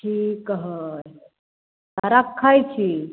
ठीक है रक्खै छी